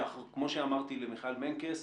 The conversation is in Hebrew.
כמו שאמרתי למיכל מנקס,